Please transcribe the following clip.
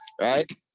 Right